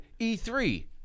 E3